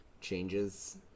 changes